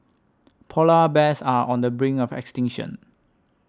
Polar Bears are on the brink of extinction